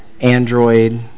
Android